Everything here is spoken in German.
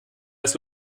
als